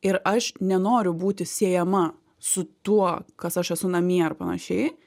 ir aš nenoriu būti siejama su tuo kas aš esu namie ar panašiai